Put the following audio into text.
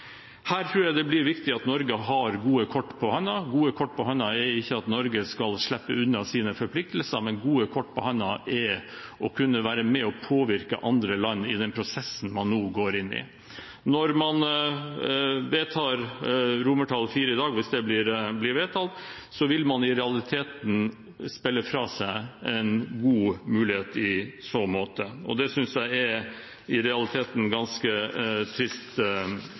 Her tror jeg det blir viktig at Norge har gode kort på hånden. Gode kort på hånden er ikke at Norge skal slippe unna sine forpliktelser, men å kunne være med og påvirke andre land i den prosessen man nå går inn i. Hvis man vedtar IV i dag, vil man i realiteten spille fra seg en god mulighet i så måte. Det synes jeg i realiteten er ganske trist,